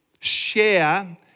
share